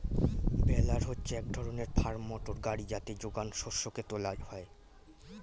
বেলার হচ্ছে এক ধরনের ফার্ম মোটর গাড়ি যাতে যোগান শস্যকে তোলা হয়